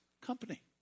company